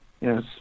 yes